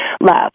love